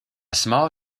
small